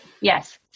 yes